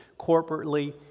corporately